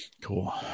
cool